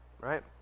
right